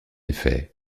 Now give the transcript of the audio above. effet